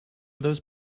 those